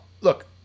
look